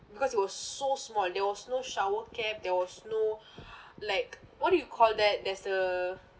because it was so small there was no shower cap there was no like what do you call that there's a